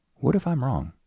what if i'm wrong?